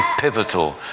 pivotal